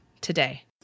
today